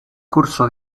curso